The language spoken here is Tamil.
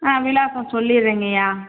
ஆ விலாசம் சொல்லிடுறேங்கய்யா